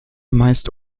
meist